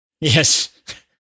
Yes